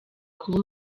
kuba